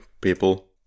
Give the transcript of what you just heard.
people